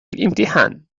الإمتحان